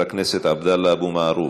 חברת הכנסת עבדאללה אבו מערוף,